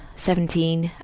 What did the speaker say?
seventeen,